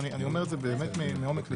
ואני אומר את זה באמת מעומק ליבי,